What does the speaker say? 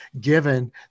given